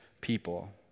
people